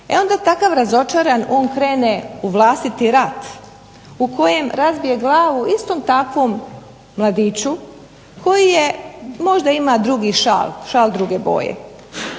E onda takav razočaran on krene u vlastiti rat u kojem razbije glavu istom takvom mladiću koji je, možda ima drugi šal, šal druge boje.